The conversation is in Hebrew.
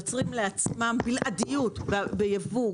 יוצרים לעצמם בלעדיות בייבוא,